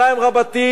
הווי אומר,